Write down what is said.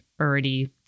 already